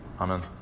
Amen